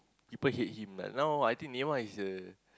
people hate him lah now I think Neymar is the